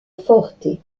forte